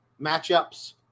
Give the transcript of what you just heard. matchups